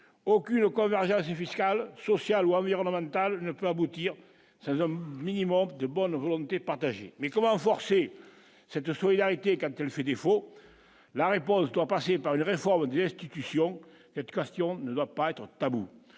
aucune convergent du fiscales, sociales ou environnementales ne peut aboutir, homme minimum de bonne volonté partagée mais comment renforcer cette: faut-il arrêter quand elle fait défaut, la réponse doit passer par une réforme destitution, cette question ne doit pas être tabou